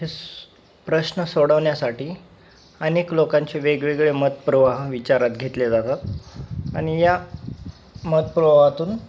हे स् प्रश्न सोडवण्यासाठी अनेक लोकांचे वेगवेगळे मत प्रवाह विचारात घेतले जातात आणि या मत प्रवाहातून